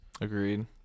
agreed